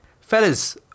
Fellas